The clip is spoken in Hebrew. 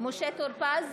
משה טור פז,